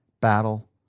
battle